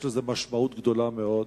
יש לזה משמעות גדולה מאוד.